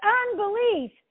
unbelief